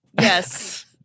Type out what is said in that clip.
yes